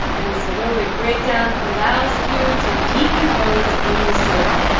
and this aerobic breakdown allows food to decompose in the soil,